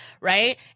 right